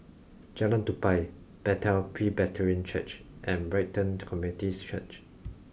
Jalan Tupai Bethel Presbyterian Church and Brighton Community's Church